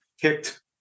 kicked